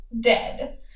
dead